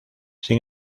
sin